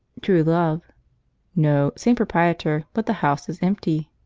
true love no same proprietor but the house is empty.